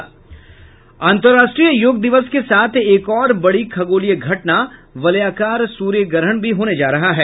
अंतर्राष्ट्रीय योग दिवस के साथ एक और बड़ी खगोलीय घटना वलयाकार सूर्यग्रहण भी होने जा रहा है